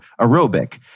aerobic